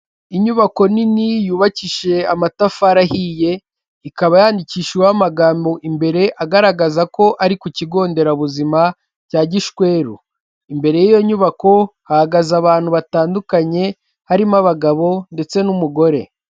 Inyubako nini yubakishije amatafari ahiye ikaba yandikishijeho amagambo imbere agaragaza ko ari ku kigo nderabuzima cya Gishweru, imbere y'iyo nyubako hahagaze abantu batandukanye harimo abagabo ndetse n'umugore.